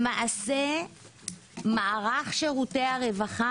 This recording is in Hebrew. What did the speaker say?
למעשה מערך שירותי הרווחה